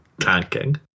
tanking